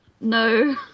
no